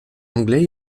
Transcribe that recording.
anglais